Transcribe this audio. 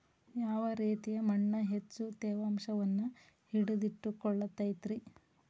ಯಾವ ರೇತಿಯ ಮಣ್ಣ ಹೆಚ್ಚು ತೇವಾಂಶವನ್ನ ಹಿಡಿದಿಟ್ಟುಕೊಳ್ಳತೈತ್ರಿ?